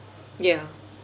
ya